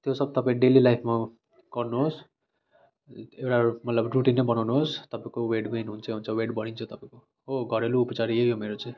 त्यो सब तपाईँ डेली लाइफमा गर्नुहोस् एउटा मतलब रुटिनै बनाउनुहोस् तपाईँको वेट गेन हुन्छै हुन्छ वेट बढिन्छ तपाईँको हो घरेलु उपचार चाहिँ यही हो मेरो चाहिँ